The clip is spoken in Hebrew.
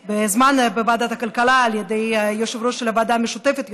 בוועדת הכלכלה על ידי יושב-ראש הוועדה המשותפת,